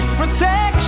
protection